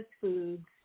foods